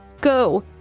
go